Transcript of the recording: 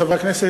חברי הכנסת,